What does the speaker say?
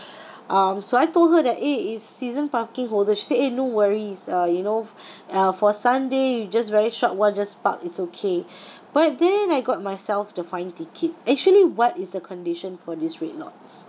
um so I told her that eh it's season parking holder she said eh no worries uh you know uh for sunday you just very short while just park it's okay but then I got myself the fine ticket actually what is the condition for these red lots